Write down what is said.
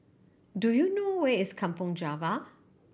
do you know where is Kampong Java